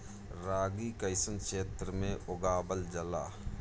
रागी कइसन क्षेत्र में उगावल जला?